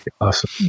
Awesome